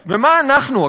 ומה אנחנו,